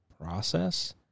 process